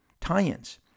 tie-ins